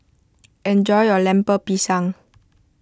enjoy your Lemper Pisang